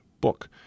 book